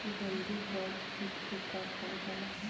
गंधी बग कीट के का फायदा बा?